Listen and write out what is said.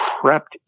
crept